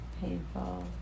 painful